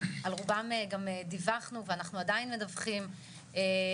על רובם גם דיווחנו ואנחנו עדיין מדווחים ונכון,